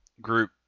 group